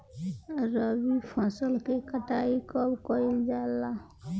रबी फसल मे कटाई कब कइल जाला?